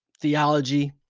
theology